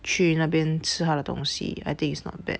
去那边吃它的东西 I think is not bad